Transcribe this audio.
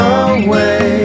away